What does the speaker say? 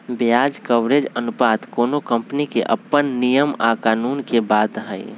ब्याज कवरेज अनुपात कोनो कंपनी के अप्पन नियम आ कानून के बात हई